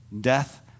Death